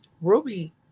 Ruby